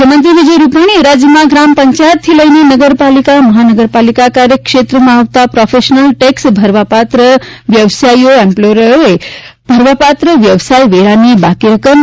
મુખ્યમંત્રી વિજય રૂપાણીએ રાજ્યમાં ગ્રામ પંચાયતથી લઇને નગરપાલિકા મહાપાલિકા કાર્યક્ષેત્રમાં આવતા પ્રોફેશનલ ટેક્ષ ભરવાપાત્ર વ્યવસાયીઓ એમ્પ્લોયરોએ ભરવાપાત્ર વ્યવસાય વેરાની બાકી રકમ તા